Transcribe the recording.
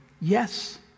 Yes